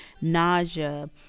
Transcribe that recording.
nausea